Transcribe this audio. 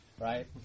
right